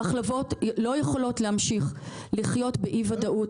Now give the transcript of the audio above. המחלבות לא יכולות להמשיך לחיות באי ודאות,